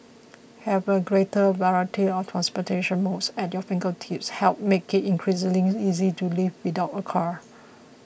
having a greater variety of transportation modes at your fingertips helps make it increasingly easy to live without a car